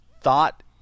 thought